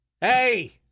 hey